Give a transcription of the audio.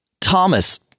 Thomas